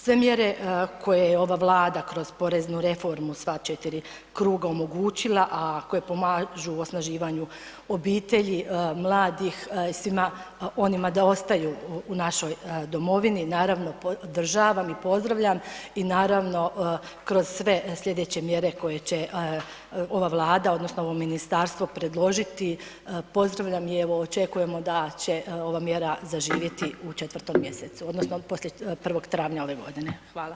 Sve mjere koje je ova Vlada kroz poreznu reformu u sva četiri kruga omogućila, a koje pomažu osnaživanju obitelji, mladih i svima onima da ostaju u našoj domovini naravno podržavam i pozdravljam i naravno kroz sve sljedeće mjere koje će ova Vlada odnosno ovo ministarstvo predložiti pozdravljam i evo očekujemo da će ova mjera zaživiti u 4. mjesecu odnosno poslije 1. travnja ove godine.